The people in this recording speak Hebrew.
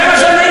זה מה שאני,